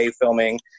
filming